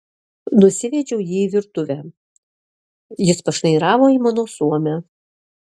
nusivedžiau jį į virtuvę jis pašnairavo į mano suomę